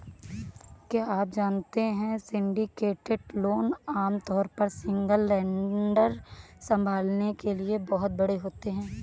क्या आप जानते है सिंडिकेटेड लोन आमतौर पर सिंगल लेंडर संभालने के लिए बहुत बड़े होते हैं?